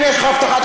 הינה, יש לך הבטחה.